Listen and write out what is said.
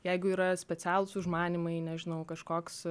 jeigu yra specialūs užmanymai nežinau kažkoks